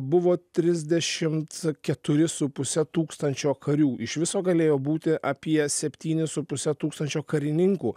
buvo tridešimt keturi su puse tūkstančio karių iš viso galėjo būti apie septynis su puse tūkstančio karininkų